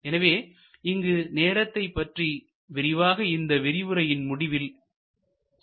எனவே இங்கு நேரத்தை பற்றி விரிவாக இந்த விரிவுரையின் முடிவில் சொல்ல இருக்கிறேன்